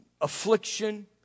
affliction